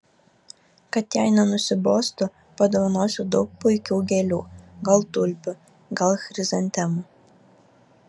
kad jai nenusibostų padovanosiu daug puikių gėlių gal tulpių gal chrizantemų